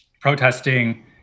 protesting